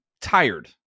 tired